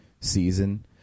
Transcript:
season